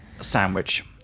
sandwich